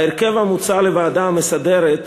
ההרכב המוצע לוועדה המסדרת,